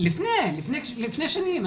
לפני שנים.